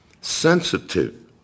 sensitive